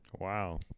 Wow